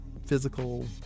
physical